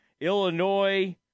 Illinois